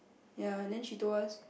ye then she told us